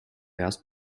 erst